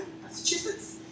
Massachusetts